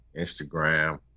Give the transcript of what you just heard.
Instagram